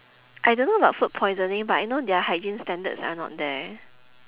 I don't know about food poisoning but I know their hygiene standards are not there